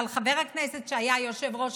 אבל חבר הכנסת שהיה היושב-ראש,